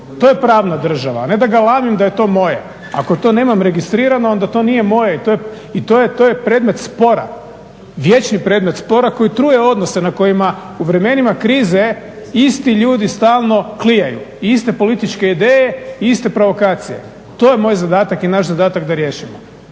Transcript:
To je pravna država a ne da galamim da je to moje. Ako to nemam registrirano onda to nije moje i to je predmet spora, vječni predmet spora koji truje odnose na kojima u vremenima krize isti ljudi stalno klijaju i iste političke ideje i iste provokacije. To je moj zadatak i naš zadatak da riješimo.